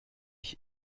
ich